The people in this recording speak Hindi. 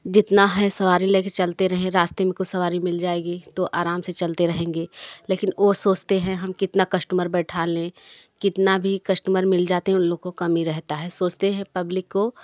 जितना है सवारी लेके चलते रहे रास्ते में कोई सवारी मिल जाएगी तो आराम से चलते रहेंगे लेकिन वो सोचते हैं हम कितना कस्टमर बैठा लें कितना भी कस्टमर मिल जाते उन लोगों को कमी रहता है सोचते हैं कि पब्लिक को